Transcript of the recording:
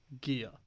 GEAR